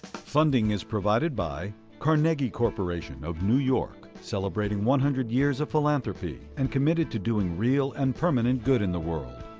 funding is provided by carnegie corporation of new york, celebrating one hundred years of philanthropy, and committed to doing real and permanent good in the world.